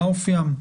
מה אופיים?